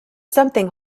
something